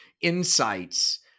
insights